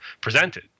presented